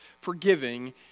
forgiving